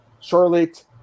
Charlotte